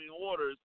orders